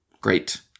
Great